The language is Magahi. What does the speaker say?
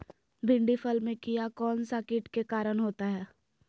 भिंडी फल में किया कौन सा किट के कारण होता है?